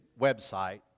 website